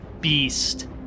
beast